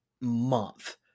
month